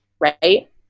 right